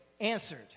answered